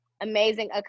amazing